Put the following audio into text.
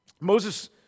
Moses